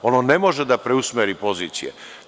Ono ne može da preusmeri pozicije.